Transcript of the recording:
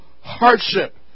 hardship